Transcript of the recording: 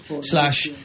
slash